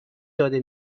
داده